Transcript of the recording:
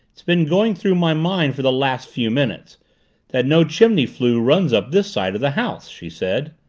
it's been going through my mind for the last few minutes that no chimney flue runs up this side of the house! she said.